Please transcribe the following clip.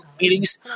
meetings